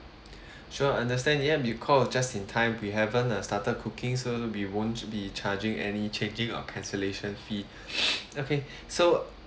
sure understand ya you call just in time we haven't uh started cooking so we won't be charging any changing or cancellation fee okay so